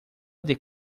del